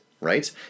right